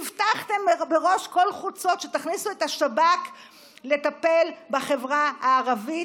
הבטחתם בראש כל חוצות שתכניסו את השב"כ לטפל בחברה הערבית,